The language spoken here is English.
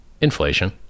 Inflation